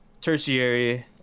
Tertiary